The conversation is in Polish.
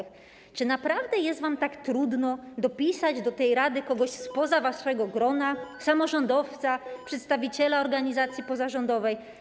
Czy naprawdę jest wam tak trudno dopisać do tej rady kogoś spoza waszego grona - samorządowca, przedstawiciela organizacji pozarządowej?